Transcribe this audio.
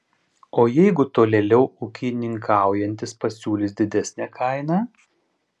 o jeigu tolėliau ūkininkaujantis pasiūlys didesnę kainą